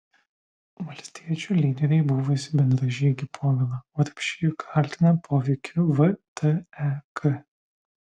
valstiečių lyderiai buvusį bendražygį povilą urbšį kaltina poveikiu vtek